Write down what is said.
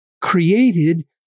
created